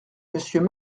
monsieur